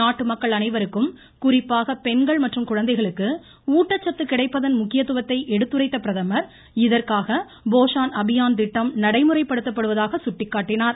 நாட்டு மக்கள் அனைவருக்கும் குறிப்பாக பெண்கள் மற்றும் குழந்தைகளுக்கு ஊட்டச்சத்து கிடைப்பதன் முக்கியத்துவத்தை எடுத்துரைத்த பிரதமர் இதற்காக போஷன் அபியான் திட்டம் நடைமுறைப்படுத்தப்படுவதாக சுட்டிக்காட்டினார்